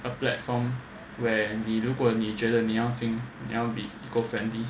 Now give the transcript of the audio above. a platform where 你如果你觉得你要进你要 be eco friendly